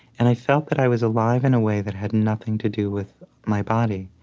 and i felt that i was alive in a way that had nothing to do with my body.